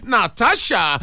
Natasha